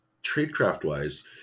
Tradecraft-wise